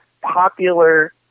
popular